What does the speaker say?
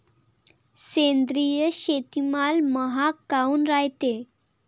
सेंद्रिय शेतीमाल महाग काऊन रायते?